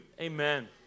Amen